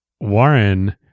Warren